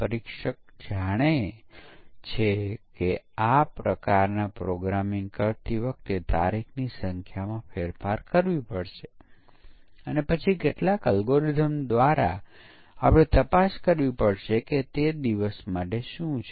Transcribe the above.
પછી છેવટે સિસ્ટમ પરીક્ષણ જ્યાં બધા યુનિટ એકીકૃત કરવામાં આવ્યા છે અને સ્પષ્ટીકરણની સાથે તેને વેરિફિકેશન કરવામાં આવે છે તે ચકાસવા માટે કે સોફ્ટવેર જે તમે સ્પષ્ટ કરેલ છે તે પ્રમાણે કામ કરે છે